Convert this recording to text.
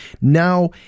now